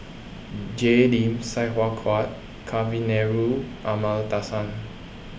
Jay Lim Sai Hua Kuan Kavignareru Amallathasan